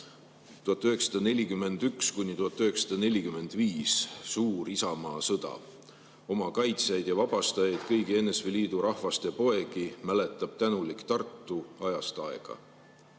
"1941–1945 Suur Isamaasõda. Oma kaitsjaid ja vabastajaid, kõigi NSV Liidu rahvaste poegi mäletab tänulik Tartu ajast aega".